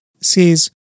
says